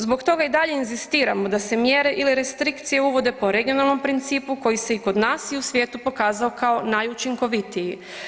Zbog toga i dalje inzistiramo da se mjere ili restrikcije uvode po regionalnom principu koji se i kod nas i u svijetu pokazao kao najučinkovitiji.